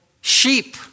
sheep